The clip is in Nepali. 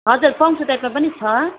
हजुर पम्सू टाइपमा पनि छ